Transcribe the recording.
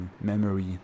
memory